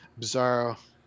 bizarro